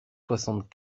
soixante